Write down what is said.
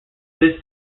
this